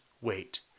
wait